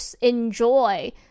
enjoy